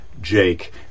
Jake